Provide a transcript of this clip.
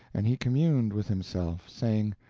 and he communed with himself, saying